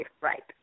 right